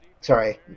Sorry